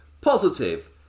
positive